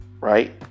Right